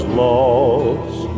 lost